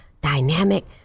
dynamic